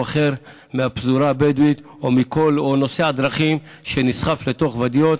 אחר מהפזורה הבדואית או נוסע דרכים נסחף לתוך ואדיות.